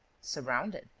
surrounded.